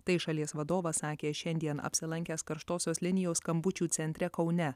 tai šalies vadovas sakė šiandien apsilankęs karštosios linijos skambučių centre kaune